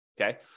Okay